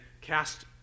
cast